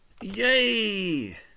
Yay